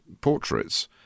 portraits